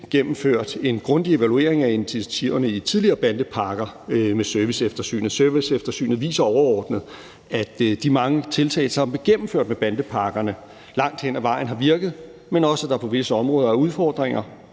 gennemført en grundig evaluering af initiativerne i tidligere bandepakker med serviceeftersynet. Og serviceeftersynet viser overordnet, at de mange tiltag, som er gennemført med bandepakkerne, langt hen ad vejen har virket, men også, at der på visse områder er udfordringer